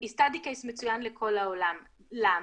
למה?